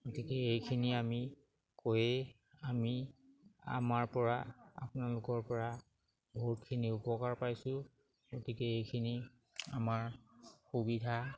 গতিকে এইখিনি আমি কৈয়ে আমি আমাৰ পৰা আপোনালোকৰ পৰা বহুতখিনি উপকাৰ পাইছোঁ গতিকে এইখিনি আমাৰ সুবিধা